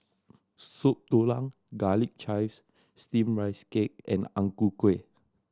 Soup Tulang Garlic Chives Steamed Rice Cake and Ang Ku Kueh